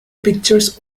pictures